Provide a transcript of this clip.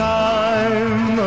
time